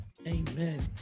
Amen